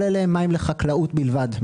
כל אלה מים לחקלאות בלבד.